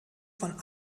von